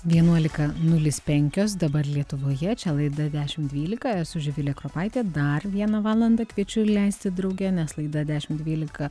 vienuolika nulis penkios dabar lietuvoje čia laida dešimt dvylika esu živilė kropaitė dar vieną valandą kviečiu leisti drauge nes laida dešimt dvylika